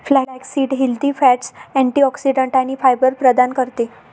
flaxseed healthy fats, antioxidants आणि fibre प्रदान करते